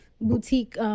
boutique